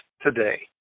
today